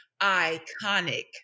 iconic